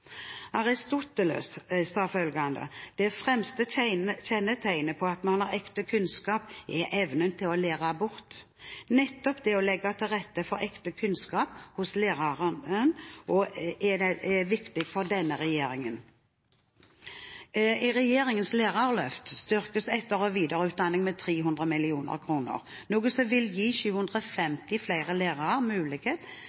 Aristoteles sa at det fremste kjennetegnet på at man har ekte kunnskap, er evnen til å lære bort. Nettopp det å legge til rette for ekte kunnskap hos lærerne er viktig for denne regjeringen. I regjeringens lærerløft styrkes etter- og videreutdanning med 300 mill. kr, noe som vil gi